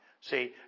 See